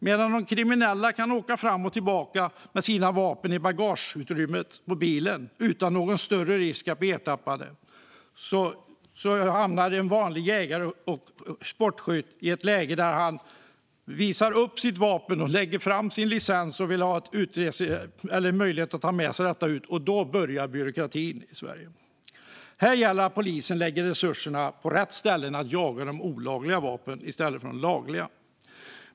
Medan de kriminella kan åka fram och tillbaka med sina vapen i bagageutrymmet på bilen utan någon större risk att bli ertappade hamnar en vanlig jägare eller sportskytt i ett läge där han visar upp sitt vapen, lägger fram sin licens och vill ha möjlighet att ta med sig vapnet. Då börjar byråkratin i Sverige. Här gäller det att polisen lägger resurserna på rätt ställen och jagar de olagliga vapnen i stället för de lagliga.